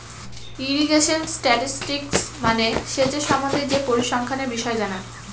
irrigation statistics মানে সেচের সম্বন্ধে যে পরিসংখ্যানের বিষয় জানা